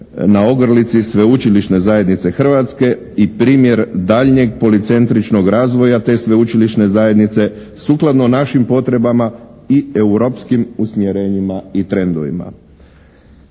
na ogrlici sveučilišne zajednice Hrvatske i primjer daljnjeg policentričnog razvoja te sveučilišne zajednice sukladno našim potrebama i europskim usmjerenjima i trendovima.